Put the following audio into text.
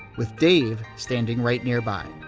with dave standing right nearby.